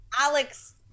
Alex